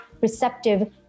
receptive